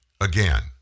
Again